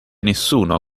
nessuno